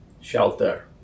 shelter